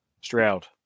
Stroud